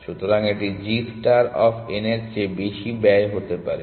সুতরাং এটি g star of n এর চেয়ে বেশি ব্যয় হতে পারে